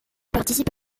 participe